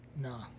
Nah